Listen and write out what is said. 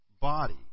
body